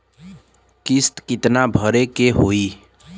किस्त कितना भरे के होइ?